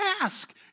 ask